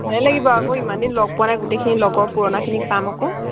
ভালেই লাগিব আকৌ ইমান দিন লগ পোৱা নাই গোটেইখিনি লগৰ পূৰণাখিনিক পাম আকৌ